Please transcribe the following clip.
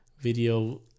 video